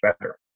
better